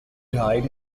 died